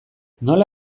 nola